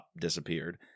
disappeared